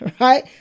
right